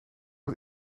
het